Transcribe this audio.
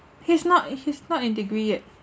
he's not he's not in degree yet